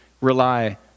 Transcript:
rely